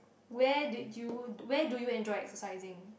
where did you where do you enjoy exercising